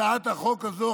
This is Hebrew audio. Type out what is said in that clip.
הצעת החוק הזאת,